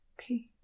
Okay